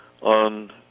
On